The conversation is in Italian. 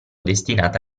destinata